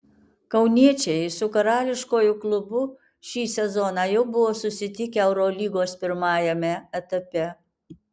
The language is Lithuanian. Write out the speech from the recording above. kauniečiai su karališkuoju klubu šį sezoną jau buvo susitikę eurolygos pirmajame etape